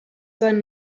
sein